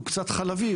הוא קצת חלבי,